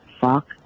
Fuck